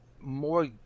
more